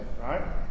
right